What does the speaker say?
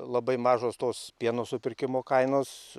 labai mažos tos pieno supirkimo kainos